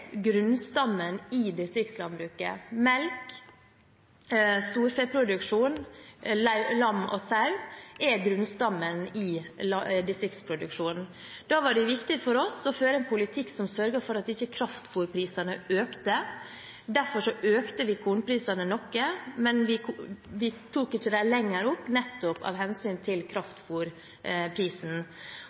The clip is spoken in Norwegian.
grunnstammen i distriktslandbruket. Melk, storfeproduksjon, lam og sau er grunnstammen i distriktsproduksjonen. Da var det viktig for oss å føre en politikk som sørget for at kraftfôrprisene ikke økte. Derfor økte vi kornprisene noe, men vi økte dem ikke mer, nettopp av hensyn til